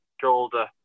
Shoulder